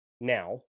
now